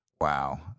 Wow